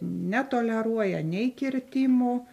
netoleruoja nei kirtimų